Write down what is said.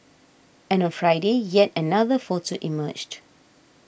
and on Friday yet another photo emerged